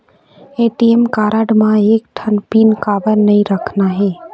ATM card म एक ठन पिन काबर नई रखना हे?